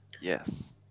Yes